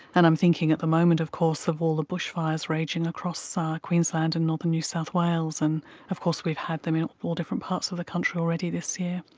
and i'm thinking at the moment of course of all the bushfires raging across ah queensland and northern new south wales and of course we've had them in all different parts of the country already this year.